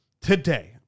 today